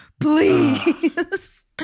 please